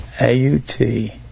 a-u-t